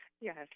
Yes